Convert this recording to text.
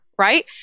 right